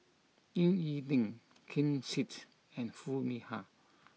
Ying E Ding Ken Seet and Foo Mee Har